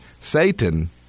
Satan